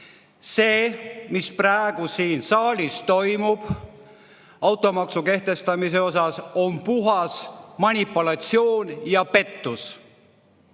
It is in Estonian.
See, mis praegu siin saalis toimub automaksu kehtestamisel, on puhas manipulatsioon ja pettus.